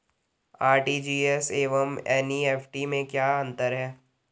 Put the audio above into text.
RTGS एवं NEFT में क्या अंतर है?